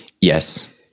Yes